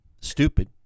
stupid